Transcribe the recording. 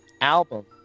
album